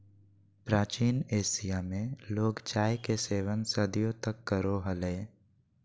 प्राचीन एशिया में लोग चाय के सेवन सदियों तक करो हलय